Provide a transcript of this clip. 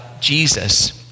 Jesus